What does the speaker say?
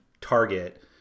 target